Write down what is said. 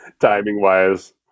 timing-wise